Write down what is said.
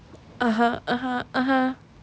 (uh huh) (uh huh) (uh huh)